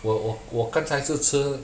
我我我刚才是吃